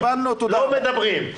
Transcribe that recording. לא מדברים.